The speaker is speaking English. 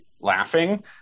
laughing